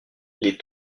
les